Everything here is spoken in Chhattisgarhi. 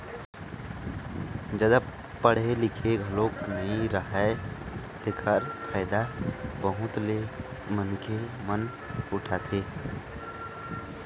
जादा पड़हे लिखे घलोक नइ राहय तेखर फायदा बहुत ले मनखे मन उठाथे